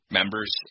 members